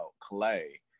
Clay